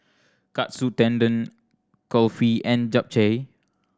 Katsu Tendon Kulfi and Japchae